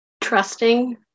trusting